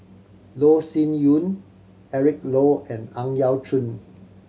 Loh Sin Yun Eric Low and Ang Yau Choon